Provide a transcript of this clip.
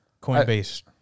Coinbase